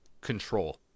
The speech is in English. control